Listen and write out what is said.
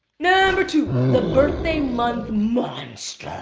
number two, the birthday month monster.